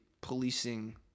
policing